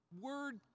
word